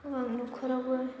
गोबां न'खरावबो